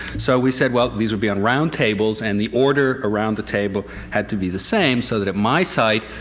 so we said, well, these will be on round tables and the order around the table had to be the same, so that at my site,